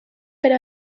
per